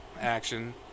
action